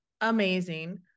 Amazing